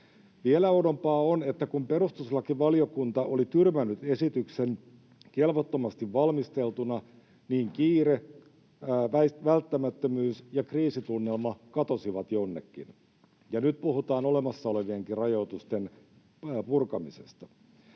Vielä oudompaa on, että kun perustuslakivaliokunta oli tyrmännyt esityksen kelvottomasti valmisteltuna, niin kiire, välttämättömyys ja kriisitunnelma katosivat jonnekin ja nyt puhutaan olemassa olevienkin rajoitusten purkamisesta.